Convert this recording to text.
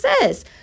says